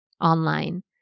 online